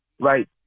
right